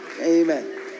Amen